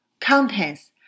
contents